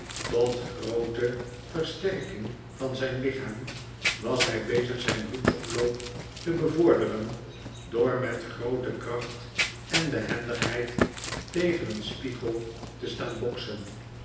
tot groote versterking van zyn lichaam was hfl bezig zijn bloedsomloop te bevorderen door met groote kracht en behendigheid tegen een spiegel te staan boksen